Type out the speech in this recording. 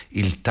il